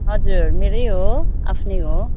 हजुर मेरै हो आफ्नै हो